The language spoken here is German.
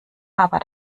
aber